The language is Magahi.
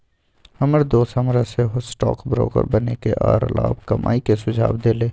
हमर दोस हमरा सेहो स्टॉक ब्रोकर बनेके आऽ लाभ कमाय के सुझाव देलइ